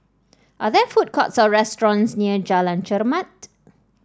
are there food courts or restaurants near Jalan Chermat